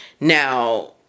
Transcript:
now